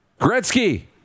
Gretzky